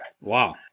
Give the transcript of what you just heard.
Wow